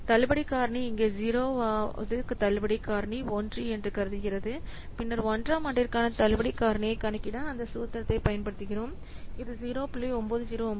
தள்ளுபடி காரணி இங்கே 0 வது தள்ளுபடி காரணி 1 என்று கருதுகிறது பின்னர் 1 ஆம் ஆண்டிற்கான தள்ளுபடி காரணியை கணக்கிட அந்த சூத்திரத்தைப் பயன்படுத்துகிறோம் இது 0